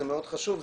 זה מאוד חשוב,